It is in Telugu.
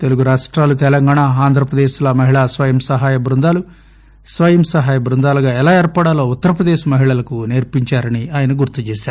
తెలుగు రాష్టాలు తెలంగాణ ఆంధ్రప్రదేశ్ల మహిళా స్వయం సహాయ బృందాలు స్వయం సహాయ బృందాలుగా ఎలా ఏర్పడాలో ఉత్తరప్రదేశ్ మహిళలకు సేర్పారని ఆయన గుర్తు చేశారు